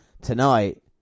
tonight